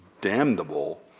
damnable